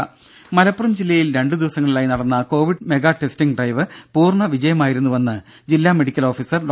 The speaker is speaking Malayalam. ദേദ മലപ്പുറം ജില്ലയിൽ രണ്ടു ദിവസങ്ങളിലായി നടന്ന കോവിഡ് മെഗാ ടെസ്റ്റിങ്ങ് ഡ്രൈവ് പൂർണ്ണ വിജയമായെന്ന് ജില്ലാ മെഡിക്കൽ ഓഫീസർ ഡോ